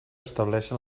estableixen